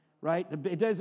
right